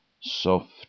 Soft